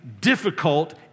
difficult